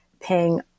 paying